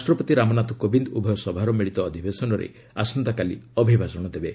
ରାଷ୍ଟ୍ରପତି ରାମନାଥ କୋବିନ୍ଦ ଉଭୟ ସଭାର ମିତିତ ଅଧିବେଶନରେ ଆସନ୍ତାକାଲି ଅଭିଭାଷଣ ଦେବେ